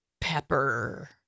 pepper